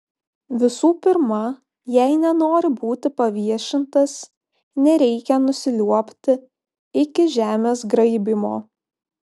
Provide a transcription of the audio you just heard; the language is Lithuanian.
visų pirma jei nenori būti paviešintas nereikia nusiliuobti iki žemės graibymo